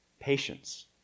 patience